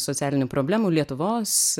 socialinių problemų lietuvos